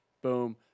Boom